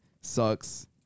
sucks